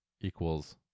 equals